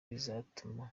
bizatuma